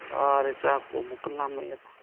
ꯆꯥꯔꯦ ꯆꯥꯛꯄꯨ ꯑꯃꯨꯛꯀ ꯂꯥꯝꯃꯛꯑꯦꯗ